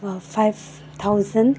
five thousand